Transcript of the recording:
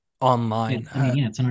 online